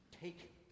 take